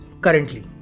currently